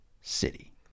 city